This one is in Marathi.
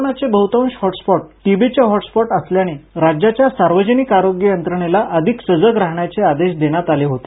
कोरोनाचे बहुतांश हॉट्स्पॉट टीबीचे हॉट्स्पॉट असल्याने राज्याच्या सार्वजनिक आरोग्य यंत्रणेला अधिक सजग राहण्याचे आदेश देण्यात आले होते